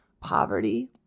poverty